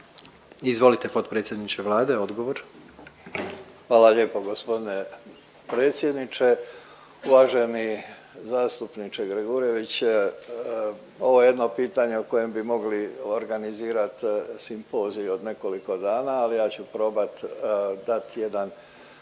Izvolite potpredsjedniče Vlade odgovor. **Božinović, Davor (HDZ)** Hvala lijepo gospodine predsjedniče. Uvaženi zastupniče Gregurević ovo je jedno pitanje o kojem bi mogli organizirat simpozij od nekoliko dana, ali ja ću probat dat prije jedan